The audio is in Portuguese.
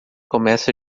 começa